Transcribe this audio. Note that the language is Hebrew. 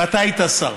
ואתה היית שר,